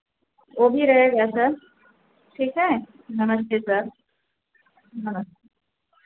वह भी रहेगा सर ठीक है नमस्ते सर नमस्ते